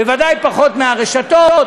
בוודאי פחות מהרשתות,